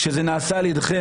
כשזה נעשה על ידיכם,